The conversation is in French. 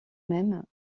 même